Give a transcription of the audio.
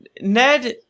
Ned